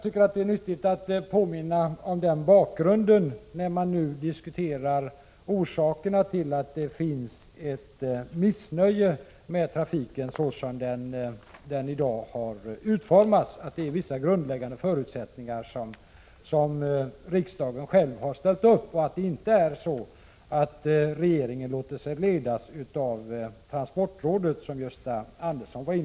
Det är nyttigt att påminna om den bakgrunden när orsakerna till att det finns ett missnöje med trafiken, såsom den har utformats, nu diskuteras. Vissa grundläggande förutsättningar har riksdagen beslutat om, och det är inte så att regeringen låter sig ledas av transportrådet, som Gösta Andersson menade.